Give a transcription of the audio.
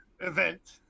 event